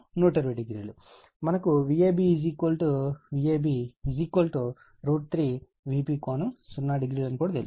మరియు మనకు Vab VAB √ 3 Vp ∠00 అని కూడా మనకు తెలుసు